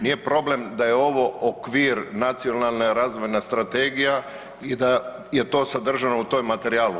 Nije problem da je ovo okvir nacionalne razvojna strategija i da je to sadržano u tom materijalu.